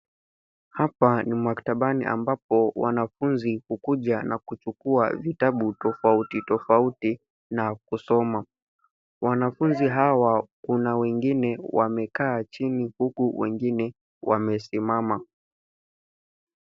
Hapa ni maktabani ambapo wanafuzi hukuja na kuchukua vitabu tofauti tofauti na kusoma. Wanafuzi hawa kuna wengine wamekaa chini uku wengine wamesimama.